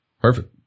Perfect